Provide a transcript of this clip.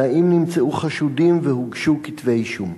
3. האם נמצאו חשודים והוגשו כתבי-אישום?